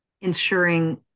ensuring